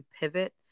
pivot